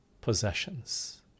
possessions